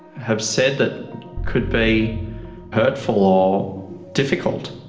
have said that could be hurtful or difficult?